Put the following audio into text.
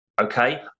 Okay